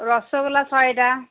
ରସଗୋଲା ଶହେଟା